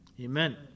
Amen